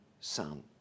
son